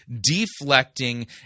deflecting